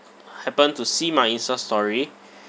happened to see my insta story